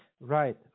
Right